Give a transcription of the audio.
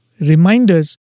reminders